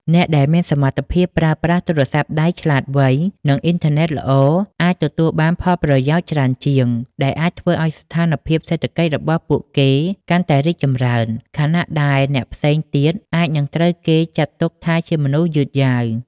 អ្នកដែលមានសមត្ថភាពប្រើប្រាស់ទូរស័ព្ទដៃឆ្លាតវៃ និងអ៊ីនធឺណិតល្អអាចទទួលបានផលប្រយោជន៍ច្រើនជាង ដែលអាចធ្វើឱ្យស្ថានភាពសេដ្ឋកិច្ចរបស់ពួកគេកាន់តែរីកចម្រើន ខណៈដែលអ្នកផ្សេងទៀតអាចនឹងត្រូវគេចាត់ទុកថាជាមនុស្សយឺតយ៉ាវ។